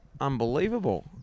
Unbelievable